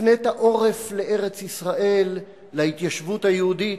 הפנית עורף לארץ-ישראל, להתיישבות היהודית,